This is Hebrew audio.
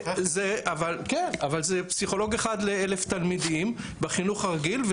זה פסיכולוג אחד על 1000 תלמידים בחינוך הרגיל,